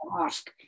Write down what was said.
ask